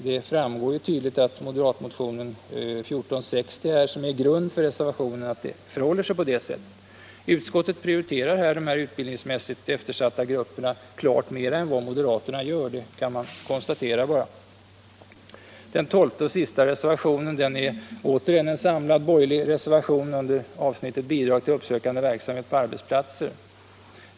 Det framgår tydligt av moderatmotionen 1460, som ligger till grund för reservationen, att det förhåller sig på det sättet. Utskottet prioriterar här de utbildningsmässigt eftersatta grupperna klart mer än moderaterna. Den tolfte och sista reservationen är återigen en samlad borgerlig reservation under avsnittet Bidrag till uppsökande verksamhet på arbetsplatser.